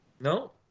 No